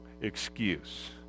excuse